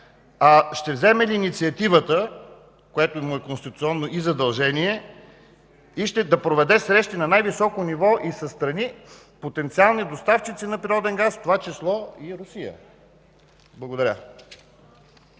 а ще вземе ли то инициативата, което му е конституционно задължение, да проведе срещи на най-високо ниво и със страни – потенциални доставчици на природен газ, в това число и с Русия? Благодаря.